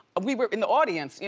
we were in the audience, yeah